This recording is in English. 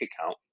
account